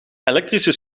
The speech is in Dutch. elektrische